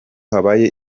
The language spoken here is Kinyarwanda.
habaye